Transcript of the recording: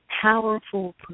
powerful